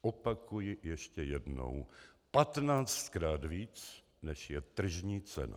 Opakuji ještě jednou: patnáctkrát víc, než je tržní cena.